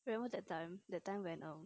remember that time that time when um